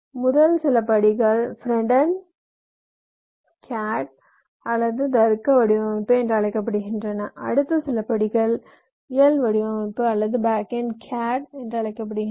முதல் சில படிகள் ஃபிரண்ட் எண்ட் அல்லது தருக்க வடிவமைப்பு என்று அழைக்கப்படுகின்றன அடுத்த சில படிகள் இயல் வடிவமைப்பு அல்லது பேக் எண்ட் CAD என்று அழைக்கப்படுகின்றன